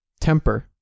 temper